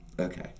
Okay